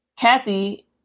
Kathy